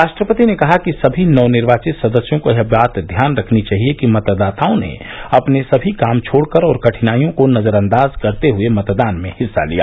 राष्ट्रपति ने कहा कि समी नवनिर्वाचित सदस्यों को यह बात ध्यान रखनी चाहिए कि मतदाताओं ने अपने समी काम छोड़कर और कठिनाइओं को नजर अंदाज करते हुए मतदान में हिस्सा लिया